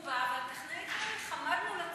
הוא בא וחמדנו לצון,